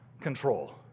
control